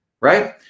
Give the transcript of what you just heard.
Right